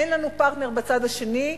אין לנו פרטנר בצד השני,